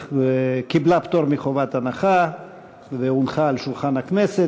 היא קיבלה פטור מחובת הנחה והונחה על שולחן הכנסת.